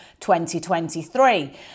2023